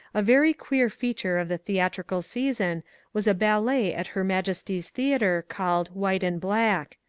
a very queer feature of the theatrical season was a ballet at her majesty's theatre called white and black.